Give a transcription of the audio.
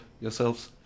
yourselves